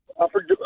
Upper